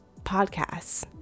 podcasts